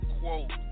quote